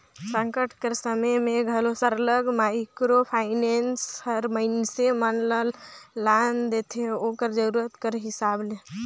संकट कर समे में घलो सरलग माइक्रो फाइनेंस हर मइनसे मन ल लोन देथे ओकर जरूरत कर हिसाब ले